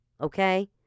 okay